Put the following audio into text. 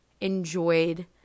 enjoyed